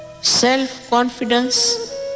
self-confidence